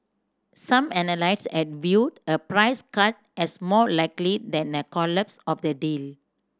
some analysts had viewed a price cut as more likely than a collapse of the deal